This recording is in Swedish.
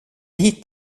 hit